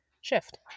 shift